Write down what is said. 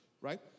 right